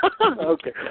okay